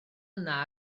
yna